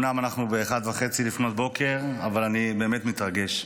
אמנם אנחנו ב-01:30 לפנות בוקר אבל אני באמת מתרגש.